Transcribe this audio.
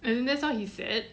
and that's what he said